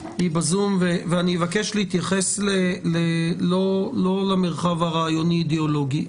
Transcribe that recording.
אני מבקש להתייחס לא למרחב הרעיוני אידאולוגי,